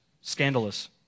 scandalous